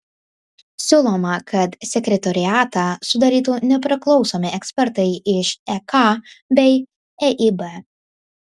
siūloma kad sekretoriatą sudarytų nepriklausomi ekspertai iš ek bei eib